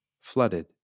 flooded